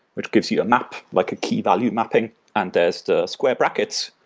which gives you a map, like a key value mapping and there's the square brackets,